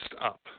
up